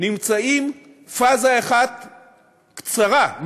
נמצאים פאזה אחת קצרה,